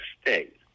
state